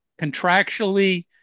contractually